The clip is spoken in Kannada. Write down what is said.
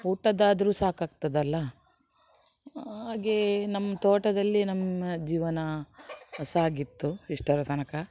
ಊಟದ್ದಾದ್ರು ಸಾಕಾಗ್ತದಲ್ಲ ಹಾಗೆ ನಮ್ಮ ತೋಟದಲ್ಲಿ ನಮ್ಮ ಜೀವನ ಸಾಗಿತ್ತು ಇಷ್ಟರ ತನಕ